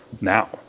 now